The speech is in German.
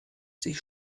sich